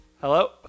Hello